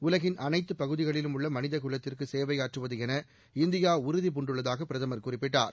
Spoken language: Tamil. உலகின் அனைத்து பகுதிகளிலும் உள்ள மனிதகுலத்திற்கு சேவையாற்றுவது என இந்தியா உறுதி பூண்டுள்ளதாக பிரதமர் குறிப்பிட்டார்